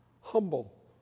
humble